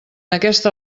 aquesta